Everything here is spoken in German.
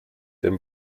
den